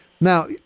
Now